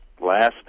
last